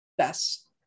Best